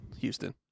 Houston